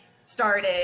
started